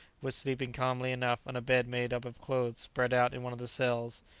was sleeping calmly enough on a bed made up of clothes spread out in one of the cells,